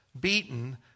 beaten